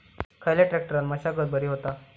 खयल्या ट्रॅक्टरान मशागत बरी होता?